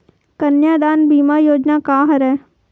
कन्यादान बीमा योजना का हरय?